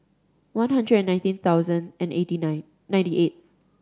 one hundred and nineteen thousand and eighty nine ninety eight